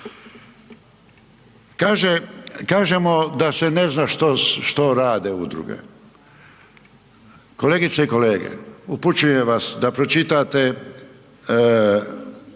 kažemo da se ne zna što, što rade udruge. Kolegice i kolege, upućujem vas da pročitate